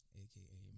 aka